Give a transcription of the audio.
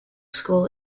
school